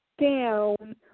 down